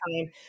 time